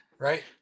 Right